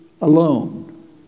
alone